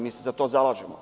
Mi se za to zalažemo.